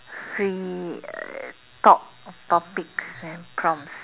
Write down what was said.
free talk topics and prompts